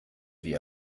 wie